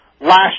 last